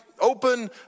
open